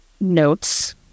notes